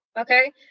Okay